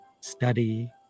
study